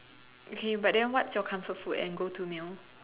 okay but then what's your comfort food and go to meal